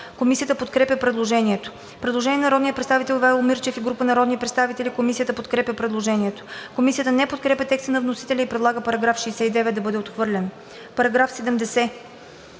Комисията подкрепя предложението. Предложение на народния представител Ивайло Мирчев и група народни представители. Комисията подкрепя предложението. Комисията не подкрепя текста на вносителя и предлага § 69 да бъде отхвърлен. По § 70